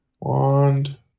Wand